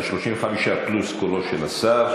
זה 35 פלוס קולו של השר,